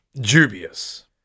dubious